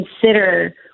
consider